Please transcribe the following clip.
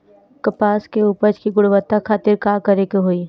कपास के उपज की गुणवत्ता खातिर का करेके होई?